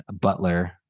Butler